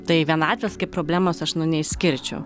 tai vienatvės kaip problemos aš nu neišskirčiau